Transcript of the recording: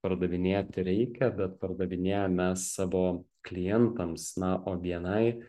pardavinėti reikia bet pardavinėjam mes savo klientams na o bni